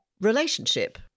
relationship